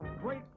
great